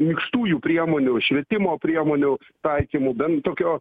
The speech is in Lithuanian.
minkštųjų priemonių švietimo priemonių taikymu bent tokio